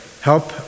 help